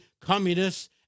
communists